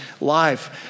life